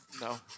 No